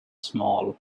small